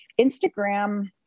Instagram